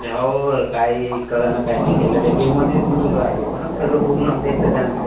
हो काही कळंना काही नाही त्याला त्या गेममध्येच गुंतून राहिले आहेत ना सगळं पूर्ण त्यायचं जाणं